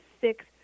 six